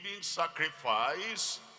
sacrifice